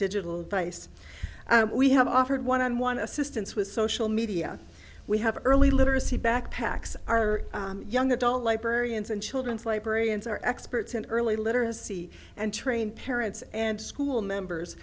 digital device we have offered one on one assistance with social media we have early literacy backpacks our young adult librarians and children's librarians are experts in early literacy and train parents and school members